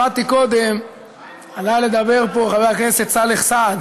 שמעתי קודם שעלה לדבר פה חבר הכנסת סאלח סעד